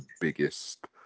biggest